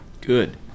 Good